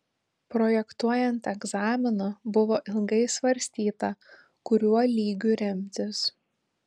projektuojant egzaminą buvo ilgai svarstyta kuriuo lygiu remtis